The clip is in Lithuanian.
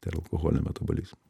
tai yra alkoholio metaboliz